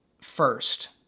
first